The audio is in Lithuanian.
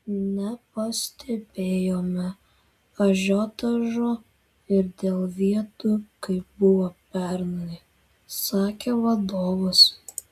nepastebėjome ažiotažo ir dėl vietų kaip buvo pernai sakė vadovas